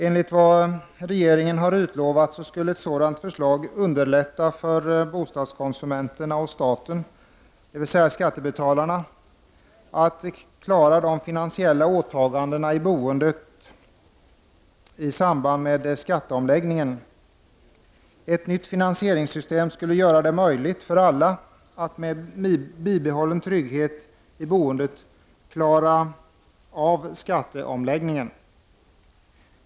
Enligt vad regeringen har utlovat skulle ett sådant förslag underlätta för bostadskonsumenterna och staten, dvs. skattebetalarna, att klara de finansiella åtagandena i boendet i samband med skatteomläggningen. Ett nytt finansieringssystem skulle göra det möjligt för alla att med bibehållen trygghet i boendet klara av skatteomläggningen.